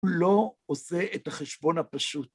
הוא לא עושה את החשבון הפשוט.